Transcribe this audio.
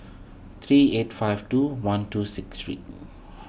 three eight five two one two six three